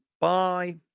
Bye